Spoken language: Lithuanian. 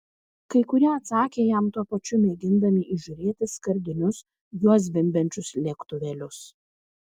kai kurie atsakė jam tuo pačiu mėgindami įžiūrėti skardinius juo zvimbiančius lėktuvėlius